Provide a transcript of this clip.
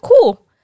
cool